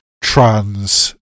trans